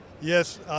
Yes